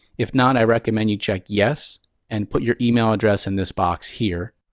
if not, i recommend you check yes and put your email address in this box here.